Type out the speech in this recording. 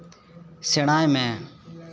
ᱥᱮᱬᱟᱭ ᱢᱮ